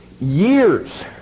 years